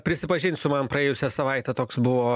prisipažinsiu man praėjusią savaitę toks buvo